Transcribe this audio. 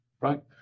right